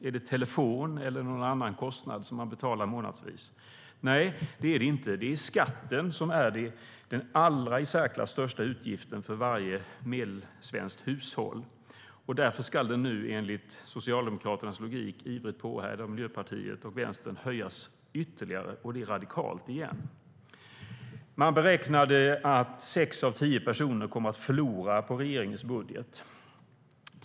Är det telefon, eller någon annan kostnad som man betalar månadsvis? Nej, det är det inte. Det är skatten som är den i särklass största utgiften för varje medelsvenskt hushåll. Därför ska den nu enligt Socialdemokraternas logik, ivrigt påhejad av Miljöpartiet och Vänstern, igen höjas ytterligare och det radikalt. Man beräknade att sex av tio personer kommer att förlora på regeringens budget.